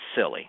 silly